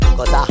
Cause